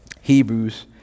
Hebrews